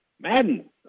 Madden